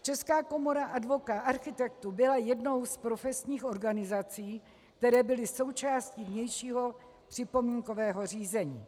Česká komora architektů byla jednou z profesních organizací, které byly součástí vnějšího připomínkového řízení.